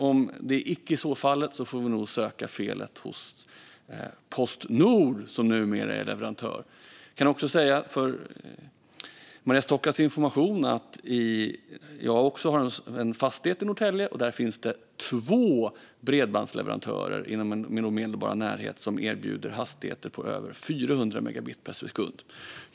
Om så icke är fallet får vi nog söka felet hos Postnord, som numera är leverantör. Som information till Maria Stockhaus kan jag också säga att jag har en fastighet i Norrtälje, och det finns två bredbandsleverantörer i min omedelbara närhet som erbjuder hastigheter på över 400 megabit per sekund.